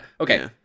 Okay